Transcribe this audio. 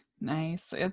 Nice